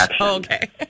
Okay